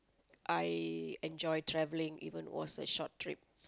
I enjoy travelling even was a short trip